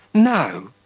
no!